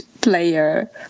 player